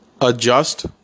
adjust